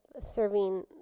serving